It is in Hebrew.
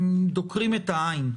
דוקרים את העין.